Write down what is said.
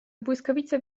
błyskawica